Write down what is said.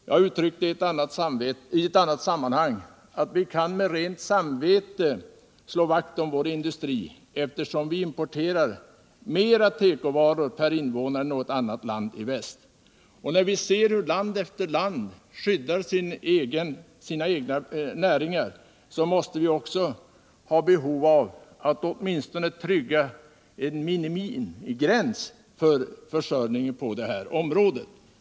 Jag uttryckte i ett annat samrianhang att vi med rent samvete kan slå vakt om vår industri, eftersom vi importerar fler tekovaror per invånare än något annat land i väst. Land efter land skyddar sina egna näringar, och också vi måste ha behov av att åtminstone trygga en minimiförsörjning på det här området.